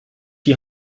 die